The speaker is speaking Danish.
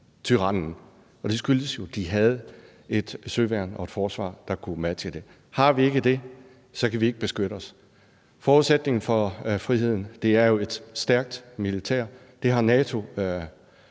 tyrannen. Og det skyldtes jo, at de havde et søværn og et forsvar, der kunne matche det. Har vi ikke det, kan vi ikke beskytte os. Forudsætningen for friheden er jo et stærkt militær. Det har NATO